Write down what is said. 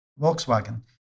Volkswagen